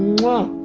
and